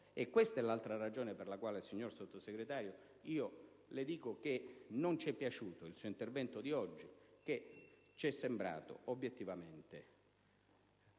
Questa è l'altra ragione per la quale, signor Sottosegretario, le dico che non ci è piaciuto il suo intervento di oggi, che ci è sembrato obiettivamente